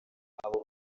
abo